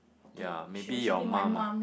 ya maybe your mum ah